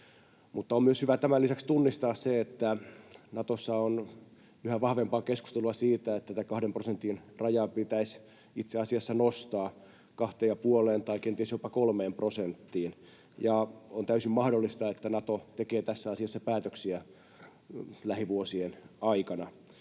On myös hyvä tämän lisäksi tunnistaa se, että Natossa on yhä vahvempaa keskustelua siitä, että tätä kahden prosentin rajaa pitäisi itse asiassa nostaa kahteen ja puoleen tai kenties jopa kolmeen prosenttiin. On täysin mahdollista, että Nato tekee tässä asiassa päätöksiä lähivuosien aikana.